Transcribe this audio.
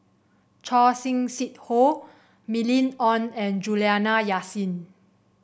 Choor Singh Sidhu Mylene Ong and Juliana Yasin